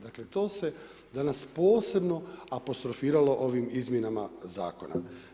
Dakle, to se danas posebno apostrofiralo ovim izmjenama zakona.